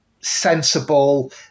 sensible